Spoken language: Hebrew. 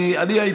אני אשמח.